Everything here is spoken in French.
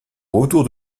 autour